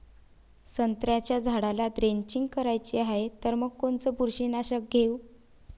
संत्र्याच्या झाडाला द्रेंचींग करायची हाये तर मग कोनच बुरशीनाशक घेऊ?